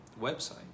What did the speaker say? website